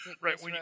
Right